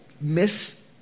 miss